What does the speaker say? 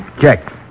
Check